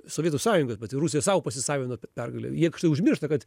sovietų sąjungoj pati rusija sau pasisavino tą pergalę jie užmiršta kad